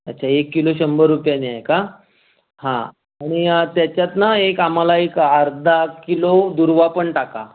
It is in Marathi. अच्छा एक किलो शंभर रुपयांनी आहे का हां आणि त्याच्यात ना एक आम्हाला एक अर्धा किलो दुर्वा पण टाका